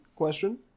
question